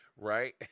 right